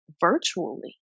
virtually